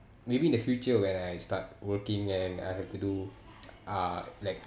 maybe in the future when I start working and I have to do uh like